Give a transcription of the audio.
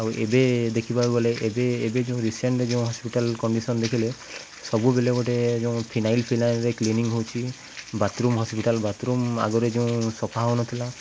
ଆଉ ଏବେ ଦେଖିବାକୁ ଗଲେ ଏବେ ଏବେ ଯୋଉଁ ରିସେଣ୍ଟ ଯେଉଁ ହସ୍ପିଟାଲ କଣ୍ଡିସନ ଦେଖିଲେ ସବୁବେଲେ ଗୋଟେ ଯୋଉଁ ଫିନାଇଲ ଫିନାଇଲରେ କ୍ଲିନିଙ୍ଗ ହଉଛି ବାଥରୁମ୍ ହସ୍ପିଟାଲ ବାଥରୁମ୍ ଆଗରେ ଯେଉଁ ସଫା ହଉନଥିଲା